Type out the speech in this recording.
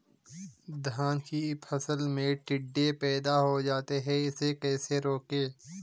धान की फसल में टिड्डे पैदा हो जाते हैं इसे कैसे रोकें?